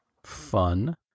fun